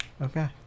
Okay